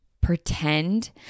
pretend